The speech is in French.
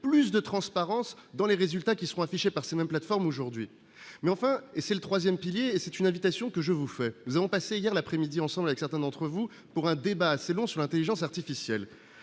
plus de transparence dans les résultats qui seront affichés par ces mêmes plateformes aujourd'hui mais, enfin, et c'est le 3ème pilier c'est une invitation que je vous fais nous ont passé hier l'après-midi ensemble, certains d'entre vous pour un débat assez long sur l'Intelligence artificielle,